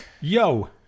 Yo